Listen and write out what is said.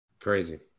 Crazy